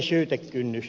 herra puhemies